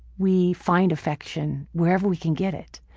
we find affection wherever we can get it.